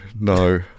No